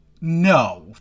no